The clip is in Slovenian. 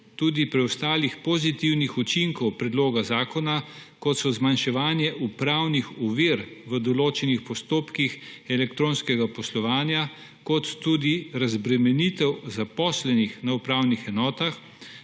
tudi preostalih pozitivnih učinkov predloga zakona, kot so zmanjševanje upravnih ovir v določenih postopkih elektronskega poslovanja in tudi razbremenitev zaposlenih na upravnih enotah,